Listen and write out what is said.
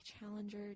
challenger